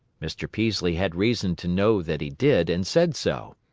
mr. peaslee had reason to know that he did, and said so.